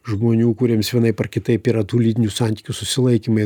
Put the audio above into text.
žmonių kuriems vienaip ar kitaip yra tų lytinių santykių susilaikymai